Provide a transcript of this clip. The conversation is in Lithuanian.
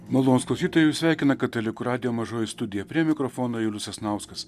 malonūs klausytojai jus sveikina katalikų radijo mažoji studija prie mikrofono julius sasnauskas